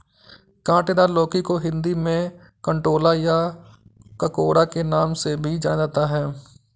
काँटेदार लौकी को हिंदी में कंटोला या ककोड़ा के नाम से भी जाना जाता है